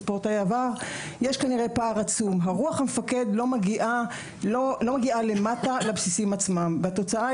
רוח המפקד לא מגיעה אל הבסיסים עצמם והתוצאה